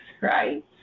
right